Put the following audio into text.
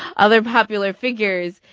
other popular figures.